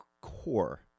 core